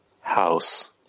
house